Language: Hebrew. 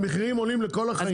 המחירים עולים לכל החיים.